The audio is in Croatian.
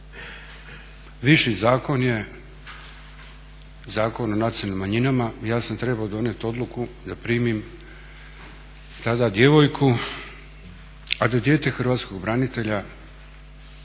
viši zakon je Zakon o nacionalnim manjinama. Ja sam trebao donijeti odluku da primim tada djevojku, a da dijete hrvatskog branitelja